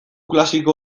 klasiko